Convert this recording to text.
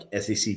SEC